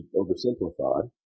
oversimplified